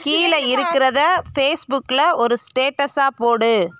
கீழே இருக்குறதை ஃபேஸ்புக்கில் ஒரு ஸ்டேட்டஸாக போடு